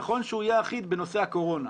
נכון שהוא יהיה אחיד בנושא הקורונה.